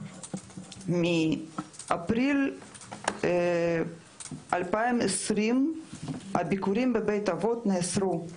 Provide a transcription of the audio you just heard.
כי מאפריל 2020 הביקורים בבתי אבות נאסרו.